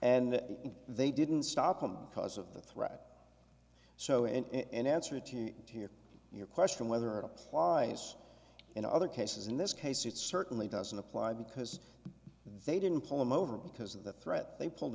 and they didn't stop them because of the threat so and in answer to hear your question whether it applies in other cases in this case it certainly doesn't apply because they didn't pull him over because of the threat they pulled